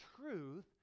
truth